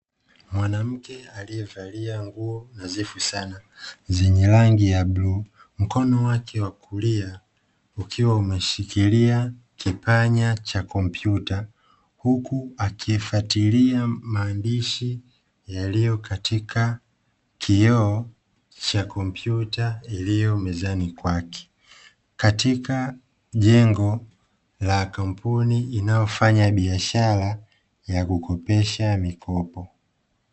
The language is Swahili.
Mwanamke alievalia nguo nadhifu sana zenye rangi ya bluu mkono wake wa kulia ukiwa umeshikilia kipanya cha kompyuta, huku akifatilia maandishi yaliyo katika kioo cha kompyuta iliyo mezani kwake. Katika jengo la kampuni inayofanya biashara ya kukopesha mikopo.